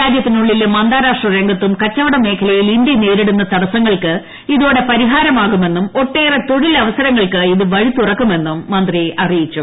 രാജ്യത്തിനുള്ളിലും അന്താരാഷ്ട്ര രംഗത്തും കച്ചവട മേഖലയിൽ ഇന്ത്യ നേരിടുന്ന തടസ്സങ്ങൾക്ക് ഇതോടെ പരിഹാരം ആകുമെന്നും ഒട്ടേറെ തൊഴിലവസരങ്ങൾക്ക് ഇത് വഴി തുറക്കുമെന്നും മന്ത്രി അറിയിച്ചു